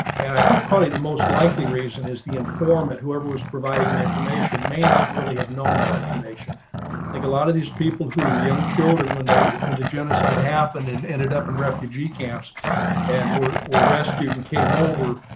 and i think probably the most likely reason is the informant whoever was providing information may not really have known that information. mark arslan think a lot of these people who are young children when they when the genocide happened and ended up in refugee camps and were were rescued and came over,